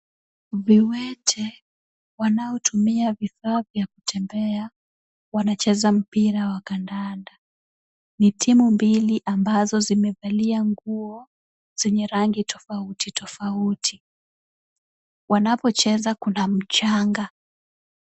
Viwete wanaotumia vifaa vya kutembea wanacheza mpira wa kandanda. Ni timu mbili ambazo zimevalia nguo zenye rangi tofauti tofauti. Wanapocheza kuna mchanga.